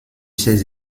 ses